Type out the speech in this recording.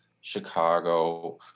Chicago